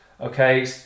okay